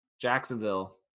Jacksonville